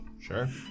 Sure